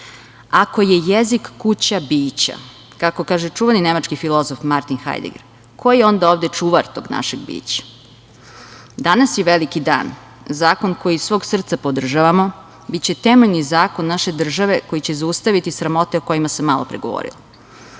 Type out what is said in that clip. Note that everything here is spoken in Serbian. Ako je jezik kuća bića, kako kaže čuveni nemački filozof Martin Hajdeger, ko je onda ovde čuvar tog našeg bića? Danas je veliki dan. Zakon koji iz sveg srca podržavamo biće temeljni zakon naše države koji će zaustaviti sramote o kojima sam malopre govorila.